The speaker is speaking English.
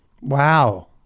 Wow